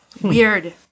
Weird